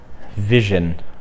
vision